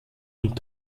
und